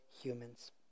humans